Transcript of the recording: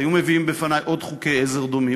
היו מביאים בפני עוד חוקי עזר דומים,